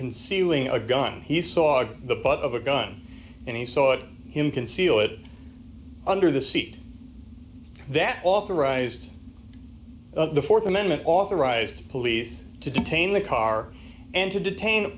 concealing a gun he saw the butt of a gun and he saw him conceal it under the seat that authorized the th amendment authorized police to detain the car and to detain